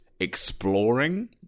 exploring